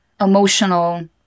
emotional